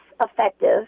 effective